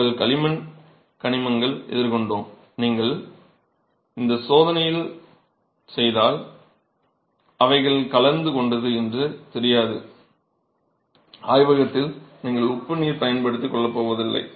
உங்கள் களிமண் கனிமங்கள் எதிர்கொண்டோம் நீங்கள் இந்த சோதனை செய்தால் அவைகள் கலந்து கொண்டது என்று தெரியாது என்றால் ஆய்வகத்தில் நீங்கள் உப்பு நீர் பயன்படுத்தி கொள்ள போவதில்லை